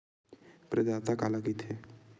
प्रदाता काला कइथे?